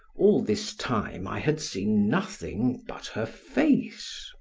all this time i had seen nothing but her face.